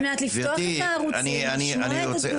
על מנת לפתוח את הערוצים ולשמוע את התגובות.